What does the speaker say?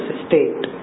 state